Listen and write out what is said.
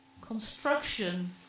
construction